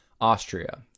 Austria